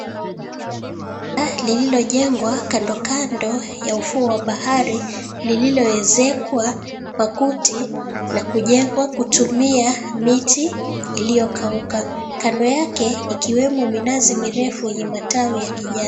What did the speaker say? Lililojengwa kando kando ya ufuo wa bahari lililowezekwa makuti na kujengwa kutumia miti iliyokauka. Kando yake ikiwemo minazi mirefu yenye matawi ya kijani.